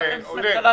גם לא עם השר.